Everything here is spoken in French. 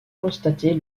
constater